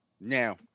Now